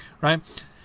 right